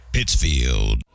Pittsfield